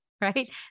right